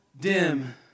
dim